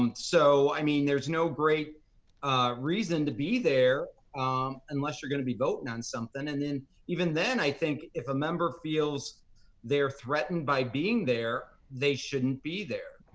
um so i mean there's no great reason to be there unless you're going to be voting on something, and then even then i think if a member feels they're threatened by being there, they shouldn't be there.